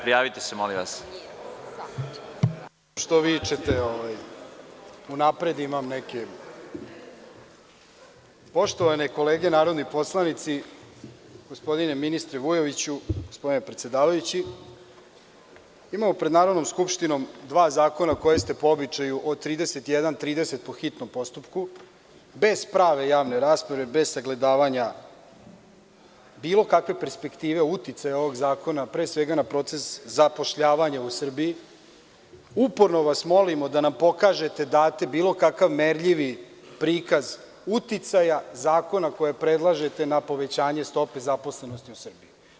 Poštovane kolege narodni poslanici, gospodine ministre Vujoviću, gospodine predsedavajući, imamo pred Narodnom skupštinom dva zakona koja ste po običaju od 31, 30 po hitnom postupku, bez prave javne rasprave, bez sagledavanja bilo kakve perspektive uticaja ovog zakona, pre svega na proces zapošljavanja u Srbiji, uporno vas molimo da nam pokažete, date bilo kakav merljivi prikaz uticaja zakona koji predlažete na povećanje stope zaposlenosti u Srbiji.